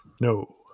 No